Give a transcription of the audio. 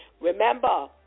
Remember